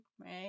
right